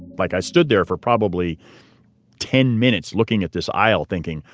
like, i stood there for probably ten minutes looking at this aisle thinking,